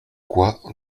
quoi